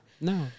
no